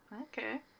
Okay